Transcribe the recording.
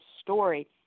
story